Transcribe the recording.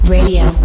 Radio